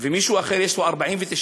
ומישהו אחר שיש לו 49%,